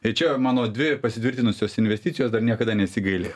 tai čia mano dvi pasitvirtinusios investicijos dar niekada nesigailėjau